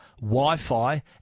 Wi-Fi